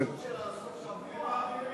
לא נתנו התאוששות של סוף השבוע, מה זה.